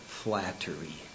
flattery